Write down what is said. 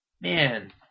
man